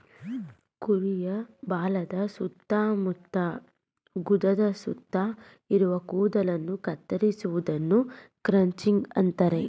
ಕುರಿಯ ಬಾಲದ ಸುತ್ತ ಮತ್ತು ಗುದದ ಸುತ್ತ ಇರುವ ಕೂದಲನ್ನು ಕತ್ತರಿಸುವುದನ್ನು ಕ್ರಚಿಂಗ್ ಅಂತರೆ